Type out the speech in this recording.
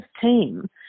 team